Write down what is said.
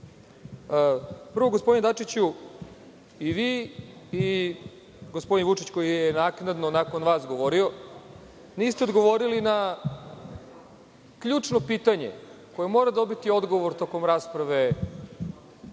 gospodine Dačiću, vi i gospodin Vučić, koji je naknadno nakon vas govorio, niste odgovorili na ključno pitanje koje mora dobiti odgovor tokom rasprave